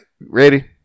ready